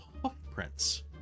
hoofprints